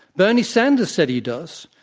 bernie sanders said he does.